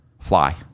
Fly